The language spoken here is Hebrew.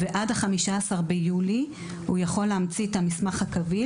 ועד ה-15 ביוני הוא יכול להמציא את המסמך הקביל